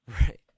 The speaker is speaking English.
Right